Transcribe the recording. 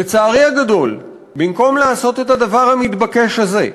לצערי הגדול, במקום לעשות את הדבר המתבקש הזה,